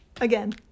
Again